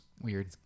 Weird